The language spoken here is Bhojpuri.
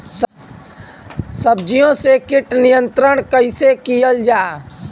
सब्जियों से कीट नियंत्रण कइसे कियल जा?